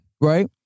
Right